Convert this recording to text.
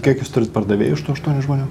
kiek jūs turit pardavėjų iš tų aštuonių žmonių